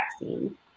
vaccine